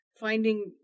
finding